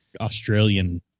Australian